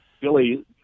Billy